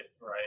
Right